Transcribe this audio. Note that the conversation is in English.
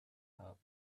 heart